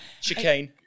chicane